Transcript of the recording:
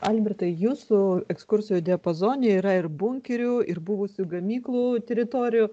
albertai jūsų ekskursijų diapazone yra ir bunkerių ir buvusių gamyklų teritorijų